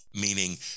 meaning